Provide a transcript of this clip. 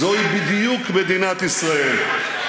זוהי בדיוק מדינת ישראל.